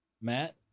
Matt